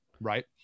right